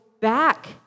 back